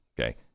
Okay